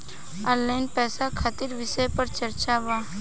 Online पैसा खातिर विषय पर चर्चा वा?